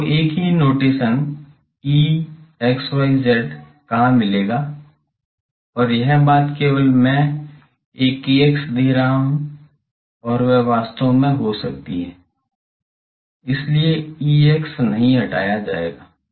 आपको एक ही नोटेशन E कहाँ मिलेगा और यह बात केवल मैं एक kx दे रहा हूँ वह वास्तव में हो सकती है इसलिए Ex नहीं हटाया जाएगा